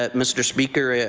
ah mr. speaker,